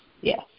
yes